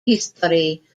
history